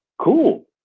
cool